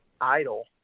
idle